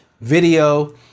video